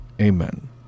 Amen